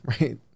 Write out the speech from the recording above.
right